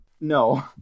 No